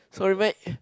sorry mate